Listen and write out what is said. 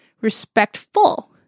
respectful